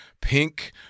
pink